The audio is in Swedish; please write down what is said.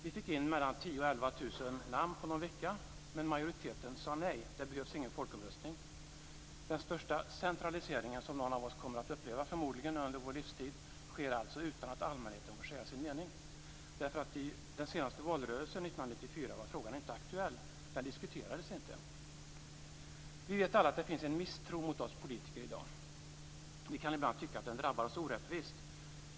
Vi fick in mellan 10 000 och 11 000 namn på någon vecka, men majoriteten sade nej och menade att det inte behövdes någon folkomröstning. Den största centralisering som någon av oss kommer att uppleva under vår livstid sker alltså utan att allmänheten får säga sin mening. I den senaste valrörelsen, 1994, var frågan inte aktuell. Den diskuterades inte. Vi vet alla att det i dag finns en misstro mot oss politiker. Vi kan ibland tycka att den drabbar oss orättvist.